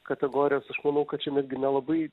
kategorijas aš manau kad čia netgi nelabai